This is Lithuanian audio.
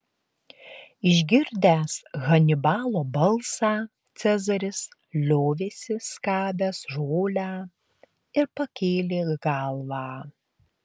išgirdęs hanibalo balsą cezaris liovėsi skabęs žolę ir pakėlė galvą